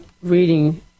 reading